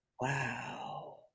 Wow